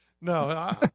No